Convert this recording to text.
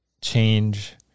change